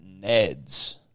Neds